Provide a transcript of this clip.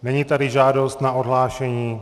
Není tady žádost na odhlášení.